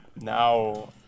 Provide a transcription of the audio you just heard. now